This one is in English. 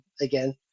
again